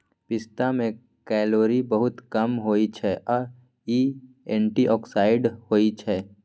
पिस्ता मे केलौरी बहुत कम होइ छै आ इ एंटीआक्सीडेंट्स होइ छै